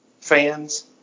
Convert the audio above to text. fans